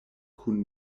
kun